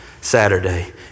Saturday